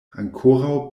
ankoraŭ